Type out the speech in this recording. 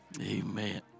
Amen